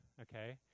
okay